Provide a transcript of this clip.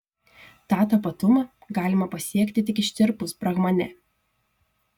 tą tapatumą galima pasiekti tik ištirpus brahmane